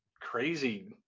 crazy